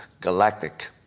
galactic